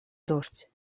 дождь